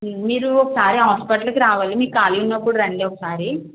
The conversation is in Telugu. మీరు ఒకసారి హాస్పిటల్కి రావాలి మీకు ఖాళీ ఉన్నప్పుడు రండి ఒకసారి